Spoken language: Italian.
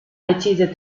decise